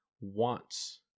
wants